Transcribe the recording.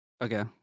Okay